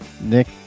Nick